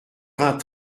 vingt